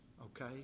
okay